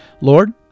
Lord